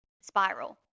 spiral